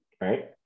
right